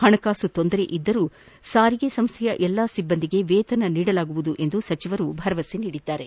ಹಣಕಾಸಿನ ತೊಂದರೆ ಇದ್ದರೂ ಸಾರಿಗೆ ಸಂಸ್ಥೆಯ ಎಲ್ಲಾ ಸಿಬ್ಬಂದಿಗೆ ವೇತನ ನೀಡಲಾಗುವುದು ಎಂದು ಸಚಿವರು ಭರವಸೆ ನೀಡಿದ್ದಾರೆ